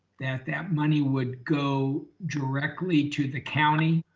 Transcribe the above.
that that money would go directly to the county